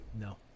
No